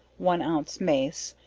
one ounce mace,